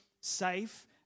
safe